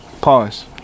Pause